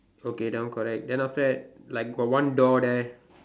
okay that one correct than after like got one door there